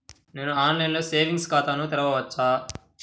నేను ఆన్లైన్లో సేవింగ్స్ ఖాతాను తెరవవచ్చా?